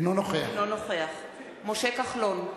אינו נוכח משה כחלון,